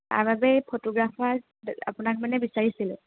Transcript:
তাৰবাবে এই ফটোগ্ৰাফাৰ আপোনাক মানে বিচাৰিছিলোঁ